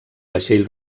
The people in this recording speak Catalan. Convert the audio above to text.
vaixell